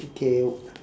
okay